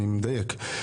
אני מדייק.